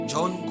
John